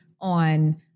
on